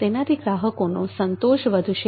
તેનાથી ગ્રાહકોનો સંતોષ વધશે